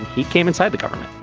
he came inside the government.